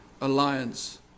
alliance